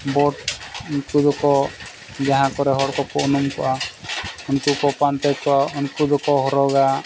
boat ᱩᱱᱠᱩ ᱫᱚᱠᱚ ᱡᱟᱦᱟᱸ ᱠᱚᱨᱮ ᱦᱚᱲ ᱠᱚᱠᱚ ᱩᱱᱩᱢ ᱠᱚᱜᱼᱟ ᱩᱱᱠᱩ ᱠᱚ ᱯᱟᱱᱛᱮ ᱠᱚᱣᱟ ᱩᱱᱠᱩ ᱫᱚᱠᱚ ᱦᱚᱨᱚᱜᱟ